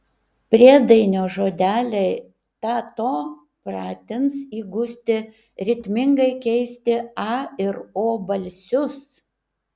priedainio žodeliai ta to pratins įgusti ritmingai keisti a ir o balsius